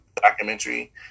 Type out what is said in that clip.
documentary